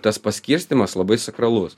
tas paskirstymas labai sakralus